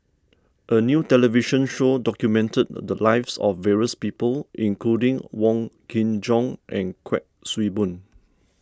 a new television show documented the lives of various people including Wong Kin Jong and Kuik Swee Boon